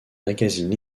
magazines